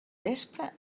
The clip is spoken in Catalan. vespre